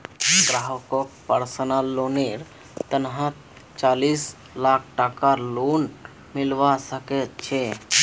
ग्राहकक पर्सनल लोनेर तहतत चालीस लाख टकार लोन मिलवा सके छै